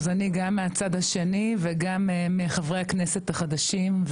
אני גם מהצד השני וגם מחברי הכנסת החדשים.